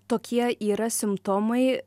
tokie yra simptomai